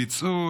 אלה שביצעו,